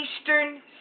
eastern